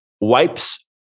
Wipes